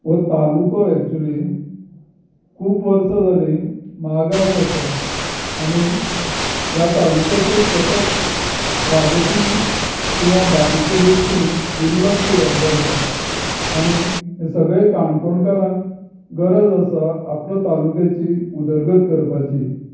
हो तालुको एक्चुअली खूब वर्सां जाली मागास आसा आनी ह्या तालुक्याचेर सतत राजकी किंवा बाकीचे दृश्टीन दुर्लक्ष जाल्लें आसा आनी सगळे काणकोणकारान गरज आसा आपल्या तालुक्याची उदरगत करपाची